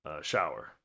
shower